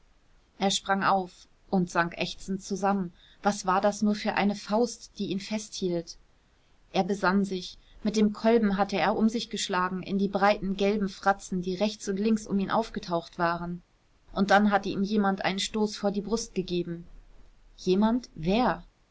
er sprang auf und sank ächzend zusammen was war das nur für eine faust die ihn festhielt er besann sich mit dem kolben hatte er um sich geschlagen in die breiten gelben fratzen die rechts und links um ihn aufgetaucht waren und dann hatte ihm jemand einen stoß vor die brust gegeben jemand wer